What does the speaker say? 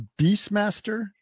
Beastmaster